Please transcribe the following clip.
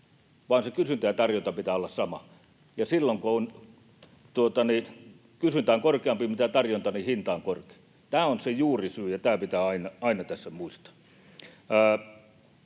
vaan kysynnän ja tarjonnan pitää olla sama, ja silloin kun kysyntä on korkeampi kuin tarjonta, niin hinta on korkea. Tämä on se juurisyy, ja tämä pitää aina tässä muistaa.